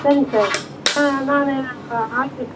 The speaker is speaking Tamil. சரிங்க சார் ஆ நான் ஆளுங்களுக்கு